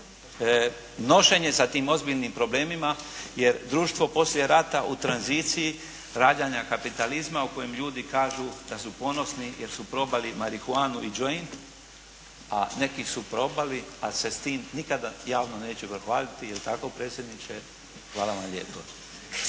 nošenje sa tim ozbiljnim problemima jer društvo poslije rata u tranziciji rađanja kapitalizma u kojem ljudi kažu da su ponosni jer su probali marihuanu i joint, a neki su probali ali se sa tim nikada javno neće pohvaliti. Jel' tako